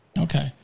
Okay